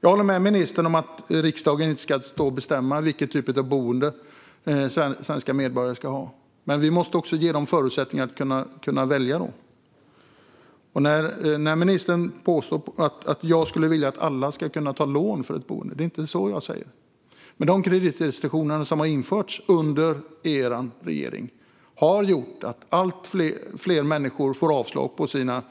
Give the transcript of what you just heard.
Jag håller med ministern om att riksdagen inte ska stå och bestämma vilken typ av boende svenska medborgare ska ha. Men vi måste också ge människor förutsättningar att välja boende. Ministern påstår att jag skulle vilja att alla ska kunna ta lån för ett boende. Det är inte det jag säger. Men de kreditrestriktioner som har införts av er regering har gjort att allt fler människor får avslag på sina